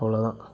அவ்வளோதான்